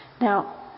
Now